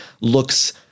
looks